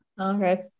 Okay